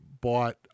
bought